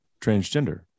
transgender